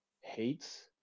hates